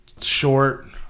short